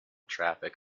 traffic